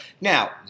Now